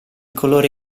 colore